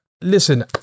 listen